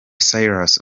cyrus